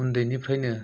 उन्दैनिफ्रायनो